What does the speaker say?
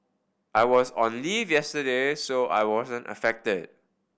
I was on leave yesterday so I wasn't affected